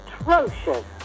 atrocious